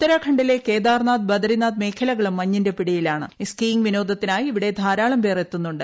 ഉത്തരാഖണ്ഡിലെ ക്ടോർന്നാഥ് ബദരീനാഥ് മേഖലകളും മഞ്ഞിന്റെ പിടിയിലാണ്ട് സ്കീയിംഗ് വിനോദത്തിനായി ഇവിടെ ധാരാളം പേർ എത്തുന്നുണ്ട്